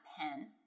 pen